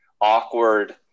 awkward